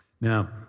Now